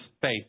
faith